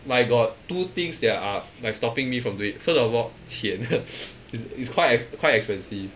like got two things that are like stopping me from doing it first of all 钱 it's it's quite ex~ quite expensive